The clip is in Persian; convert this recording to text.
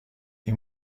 این